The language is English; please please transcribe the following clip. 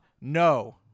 No